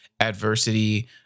adversity